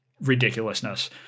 ridiculousness